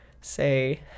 say